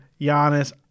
Giannis